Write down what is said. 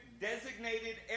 designated